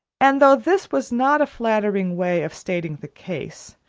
and though this was not a flattering way of stating the case,